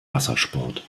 wassersport